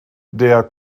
der